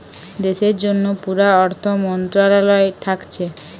দেশের জন্যে পুরা অর্থ মন্ত্রালয়টা থাকছে